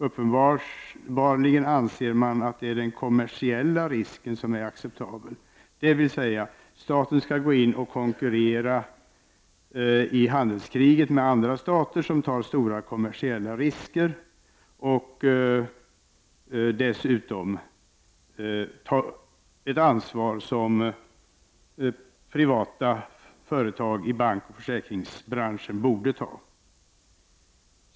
Uppenbarligen anser man att det är den kommersiella risken som är acceptabel, dvs. att staten går in och konkurrerar i handelskriget med andra stater som tar stora kommersiella risker och dessutom tar ett ansvar som privata företag i bankoch försäkringssektorn borde ta.